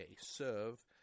serve